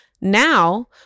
Now